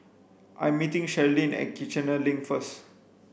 I'm meeting Cherilyn at Kiichener Link first